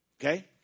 Okay